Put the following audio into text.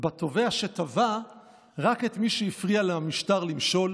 ותובע שתבע רק את מי שהפריע למשטר למשול